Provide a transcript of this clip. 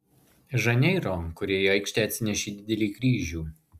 žaneiro kurie į aikštę atsinešė didelį kryžių